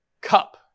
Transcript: cup